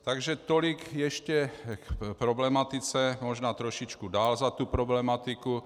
Takže tolik ještě k problematice, možná trošičku dál za tuto problematiku.